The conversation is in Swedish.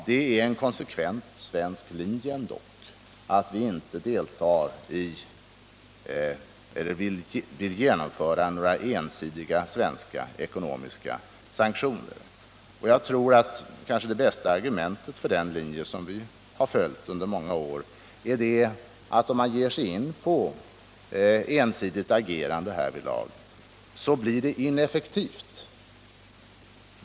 Det är ändock en konsekvent svensk linje att vi inte vill genomföra några ensidiga ekonomiska sanktioner. Jag tror att det bästa argumentet för den linje vi följt under många år är att om man ger sig in på ensidigt agerande härvidlag så blir det ineffektivt.